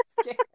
scared